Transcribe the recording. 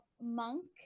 monk